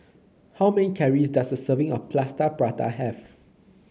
how many calories does a serving of Plaster Prata have